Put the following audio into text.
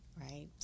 right